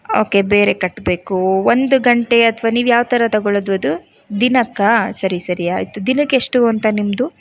okay ಬೇರೆ ಕಟ್ಬೇಕು ಒಂದು ಗಂಟೆ ಅಥವಾ ನೀವು ಯಾವ ಥರ ತೊಗೊಳ್ಳೋದು ಅದು ದಿನಕ್ಕಾ ಸರಿ ಸರಿ ಆಯಿತು ದಿನಕ್ಕೆ ಎಷ್ಟು ಅಂತ ನಿಮ್ಮದು